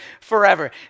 forever